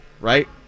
right